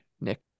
Nick